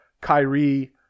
Kyrie